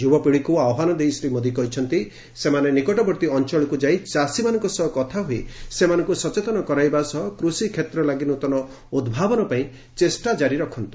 ଯୁବପିଢ଼ିକୁ ଆହ୍ୱାନ ଦେଇ ଶ୍ରୀ ମୋଦି କହିଛନ୍ତି ସେମାନେ ନିକଟବର୍ତ୍ତୀ ଅଞ୍ଚଳକୁ ଯାଇ ଚାଷୀମାନଙ୍କ ସହ କଥା ହୋଇ ସେମାନଙ୍କୁ ସଚେତନ କରାଇବା ସହ କୃଷିକ୍ଷେତ୍ର ଲାଗି ନୃତନ ଉଭାବନ ପାଇଁ ଚେଷ୍ଟା ଜାରି ରଖନ୍ତ